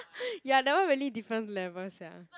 ya that one really different level sia